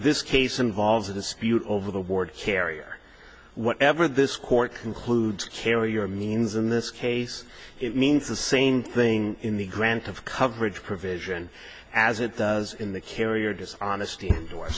this case involves a dispute over the ward carrier whatever this court concludes carrier means in this case it means the same thing in the grant of coverage provision as it does in the carrier dishonesty